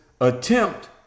attempt